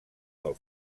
del